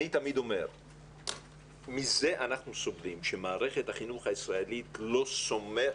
אני תמיד אומר שאנחנו סובלים מזה שבמערכת החינוך אחד לא סומך